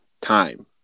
time